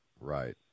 Right